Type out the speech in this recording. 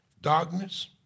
darkness